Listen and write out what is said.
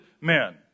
men